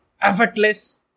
effortless